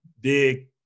big